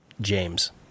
James